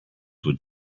would